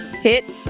Hit